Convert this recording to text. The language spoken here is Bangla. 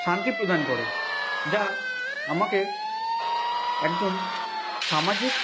শান্তি প্রদান করে যা আমাকে একজন সামাজিক